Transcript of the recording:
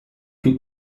plus